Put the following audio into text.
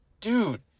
dude